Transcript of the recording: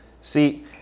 See